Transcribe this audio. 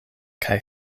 kaj